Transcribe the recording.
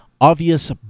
obvious